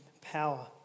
power